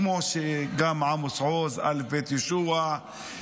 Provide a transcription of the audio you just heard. כמו שגם עמוס עוז וא"ב יהושע הוסיפו.